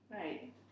Right